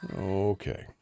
Okay